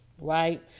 right